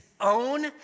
own